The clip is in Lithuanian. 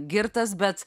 girtas bet